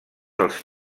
els